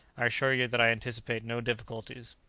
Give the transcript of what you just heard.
i assure you that i anticipate no difficulties.